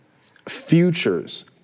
futures